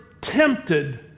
tempted